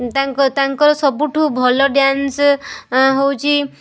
ତାଙ୍କ ତାଙ୍କର ସବୁଠୁ ଭଲ ଡ୍ୟାନ୍ସ ହେଉଛି